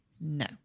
No